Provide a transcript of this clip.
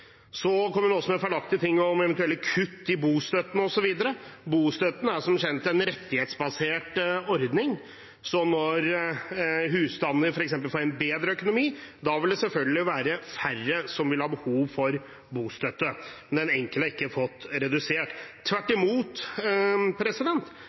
Så kom hun også med en feilaktig ting om eventuelle kutt i bostøtten osv. Bostøtten er som kjent en rettighetsbasert ordning, så når husstander f.eks. får en bedre økonomi, vil det selvfølgelig være færre som vil ha behov for bostøtte. Den enkelte har ikke fått den redusert. Tvert